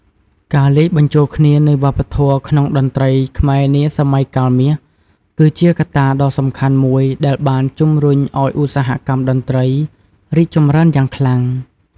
ការលាយបញ្ចូលគ្នានៃវប្បធម៌ក្នុងតន្ត្រីខ្មែរនាសម័យកាលមាស គឺជាកត្តាដ៏សំខាន់មួយដែលបានជំរុញឱ្យឧស្សាហកម្មតន្ត្រីរីកចម្រើនយ៉ាងខ្លាំង។